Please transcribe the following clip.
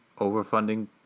overfunding